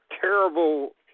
terrible